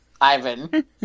Ivan